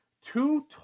two